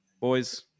Boys